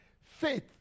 Faith